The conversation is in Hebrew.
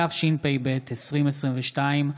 התשפ"ב 2022,